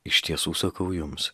iš tiesų sakau jums